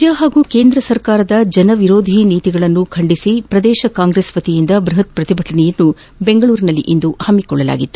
ರಾಜ್ಞ ಹಾಗೂ ಕೇಂದ್ರ ಸರ್ಕಾರದ ಜನ ವಿರೋಧಿ ನೀತಿಯನ್ನು ಖಂಡಿಸಿ ಪ್ರದೇಶ ಕಾಂಗ್ರೆಸ್ ವತಿಯಿಂದ ಬ್ಲಪತ್ ಪ್ರತಿಭಟನೆಯನ್ನು ಬೆಂಗಳೂರಿನಲ್ಲಿಂದು ಹಮ್ಮಿಕೊಳ್ಳಲಾಗಿತ್ತು